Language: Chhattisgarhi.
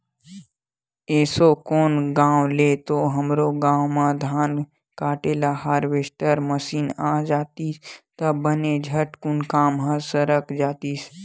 एसो कोन गाँव ले तो हमरो गाँव म धान काटे के हारवेस्टर मसीन आ जातिस त बने झटकुन काम ह सरक जातिस